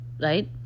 right